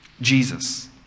Jesus